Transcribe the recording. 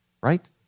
right